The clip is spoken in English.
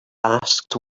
asked